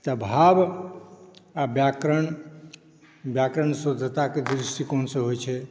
तऽ भाव आ व्याकरण व्याकरण शुद्धताके दृष्टिकोणसे होइ छै